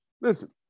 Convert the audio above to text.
Listen